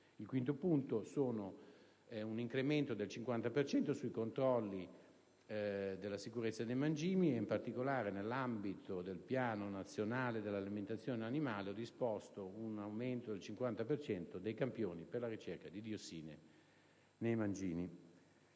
Il quinto punto è un incremento del 50 per cento sui controlli della sicurezza dei mangimi. In particolare, nell'ambito del Piano nazionale dell'alimentazione animale, ho disposto un aumento del 50 per cento dei campioni per la ricerca di diossina nei mangimi.